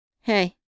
Hey